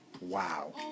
Wow